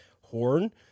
horn